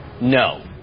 No